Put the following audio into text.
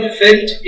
felt